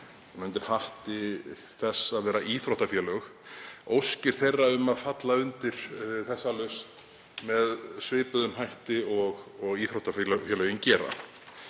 undir hatti þess að vera íþróttafélög, óska eftir að falla undir þessa lausn með svipuðum hætti og íþróttafélögin gera.